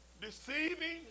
deceiving